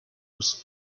was